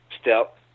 step